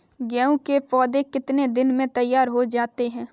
गेहूँ के पौधे कितने दिन में तैयार हो जाते हैं?